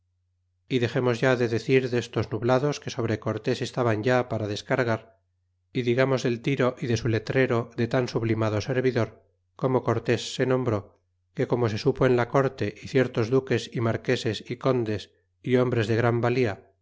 y dexemos ya de decir destos nublados que sobre cortes estaban yapara descargar y digamos del tiro y de su letrero de tan sublimado servidor corno cortés se nombró que como se supo en la corte y ciertos duques y marqueses y condes y hombres de gran valía